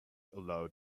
allowed